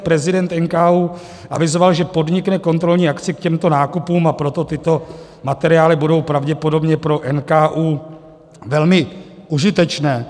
Prezident NKÚ avizoval, že podnikne kontrolní akci k těmto nákupům, a proto tyto materiály budou pravděpodobně pro NKÚ velmi užitečné.